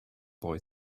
boy